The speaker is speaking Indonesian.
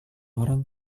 orang